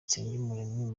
nsengumuremyi